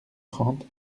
trente